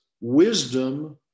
wisdom